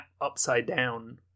upside-down